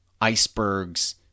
icebergs